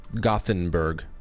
Gothenburg